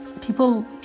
People